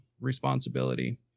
responsibility